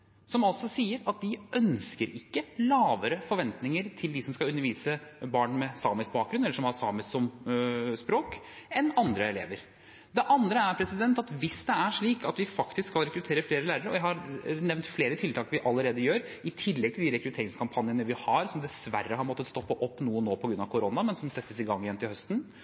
som altså sier at de ikke ønsker lavere forventninger til dem som skal undervise barn med samisk bakgrunn eller som har samisk som språk, enn andre elever. Det andre er at hvis det er slik at vi faktisk skal rekruttere flere lærere – jeg har nevnt flere tiltak som allerede er i gang, i tillegg til de rekrutteringskampanjene vi har som dessverre har måttet stoppe opp noe nå på grunn av korona, men som settes i gang igjen til høsten,